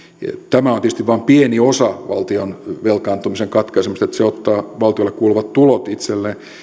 tämä on tietysti vain pieni osa valtion velkaantumisen katkaisemista että valtio ottaa sille kuuluvat tulot itselleen